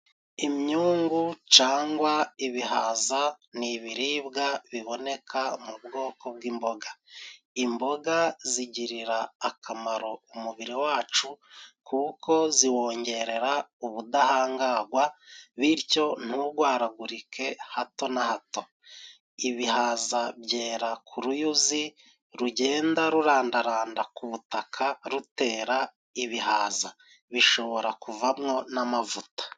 Imyungu cyangwa ibihaza ni ibiribwa biboneka mu bwoko bw'imboga. Imboga zigirira akamaro umubiri wacu kuko ziwongerera ubudahangarwa bityo ntugwaragurike hato na hato ibihaza byera ku ruyuzi rugenda rurandaranda ku butaka rutera ibihaza bishobora kuvamwo n'amavuta.